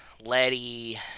Letty